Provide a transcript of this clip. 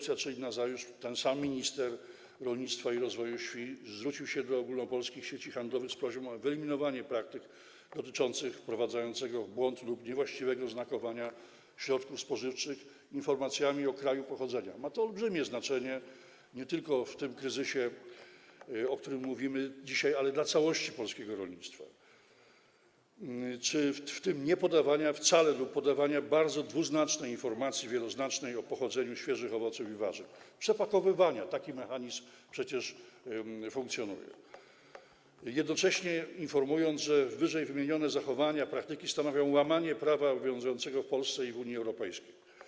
Nazajutrz, czyli 5 lipca, ten sam minister rolnictwa i rozwoju wsi zwrócił się do ogólnopolskich sieci handlowych z prośbą o wyeliminowanie praktyk dotyczących wprowadzającego w błąd lub niewłaściwego oznakowania środków spożywczych informacjami o kraju pochodzenia - ma to olbrzymie znaczenie nie tylko w sytuacji kryzysu, o którym mówimy dzisiaj, ale dla całości polskiego rolnictwa - w tym niepodawania wcale lub podawania dwuznacznej, wieloznacznej informacji o pochodzeniu świeżych owoców i warzyw, przepakowywania - taki mechanizm przecież funkcjonuje - jednocześnie informując, że wyżej wymienione praktyki stanowią łamanie prawa obowiązującego w Polsce i w Unii Europejskiej.